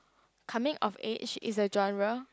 coming of age is a genre